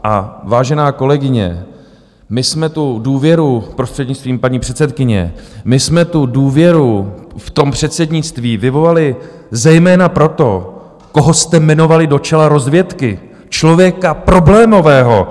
A vážená kolegyně, my jsme tu důvěru, prostřednictvím paní předsedkyně, my jsme důvěru v předsednictví vyvolali zejména proto, koho jste jmenovali do čela rozvědky člověka problémového.